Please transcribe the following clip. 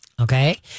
Okay